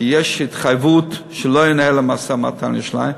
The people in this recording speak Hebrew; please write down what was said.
כי יש התחייבות שלא ינהל משא-ומתן על ירושלים,